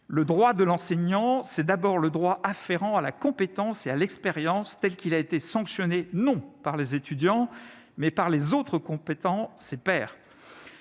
le droit de l'enseignant, c'est d'abord le droit afférents à la compétence et à l'expérience tels qu'il a été sanctionné, non par les étudiants, mais par les autres compétent ses pairs